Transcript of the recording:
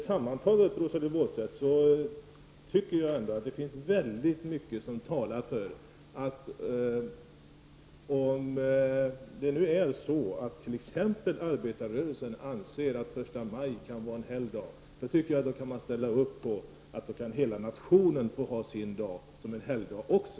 Sammantaget, Rosa-Lill Wåhlstedt, tycker jag att det finns väldigt mycket som talar för att man, om nu t.ex. arbetarrörelsen anser att första maj mycket väl kan vara helgdag, också borde kunna ställa upp på att hela nationen får betrakta sin dag som en helgdag.